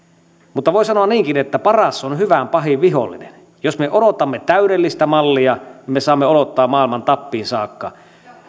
mutta voi sanoa niinkin että paras on hyvän pahin vihollinen jos me odotamme täydellistä mallia me saamme odottaa maailman tappiin saakka